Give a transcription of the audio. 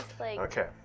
Okay